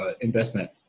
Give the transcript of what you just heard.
investment